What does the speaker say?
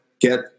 get